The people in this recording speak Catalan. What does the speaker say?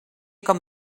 com